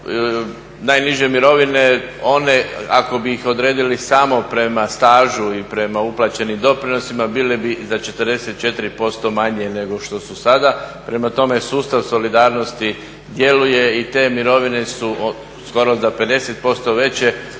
najniže mirovine one ako bi ih odredili samo prema stažu i prema uplaćenim doprinosima bile bi za 44% manje nego što su sada. Prema tome, sustav solidarnosti djeluje i te mirovine su skoro za 50% veće